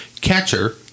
catcher